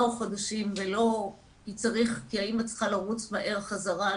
חודשים ולא שהאמא צריכה לרוץ מהר חזרה,